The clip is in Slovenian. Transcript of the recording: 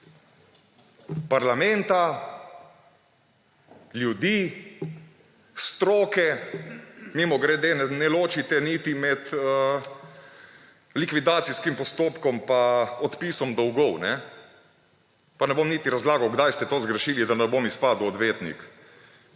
parlamenta, ljudi, stroke! Mimogrede, ne ločite niti med likvidacijskim postopkom in odpisom dolgov. Pa ne bom niti razlagal, kdaj ste to zgrešili, da ne bom izpadel odvetnik.